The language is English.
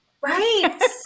Right